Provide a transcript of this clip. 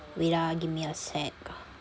wait ah give me a sec